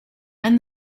and